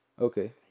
Okay